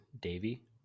Davy